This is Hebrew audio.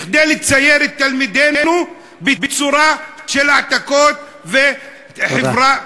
כדי לצייר את תלמידינו בצורה של העתקות וחברה,